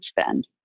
spend